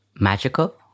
magical